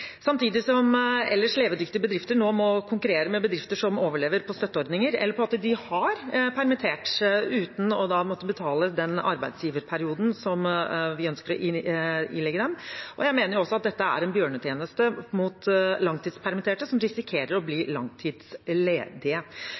Samtidig ser vi at ellers levedyktige bedrifter nå må konkurrere med bedrifter som overlever på støtteordninger eller fordi de har permittert uten da å måtte betale den arbeidsgiverperioden vi ønsker å ilegge dem. Jeg mener dette er å gjøre de langtidspermitterte en bjørnetjeneste, og de risikerer å bli langtidsledige.